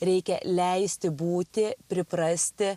reikia leisti būti priprasti